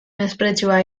mespretxua